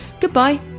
goodbye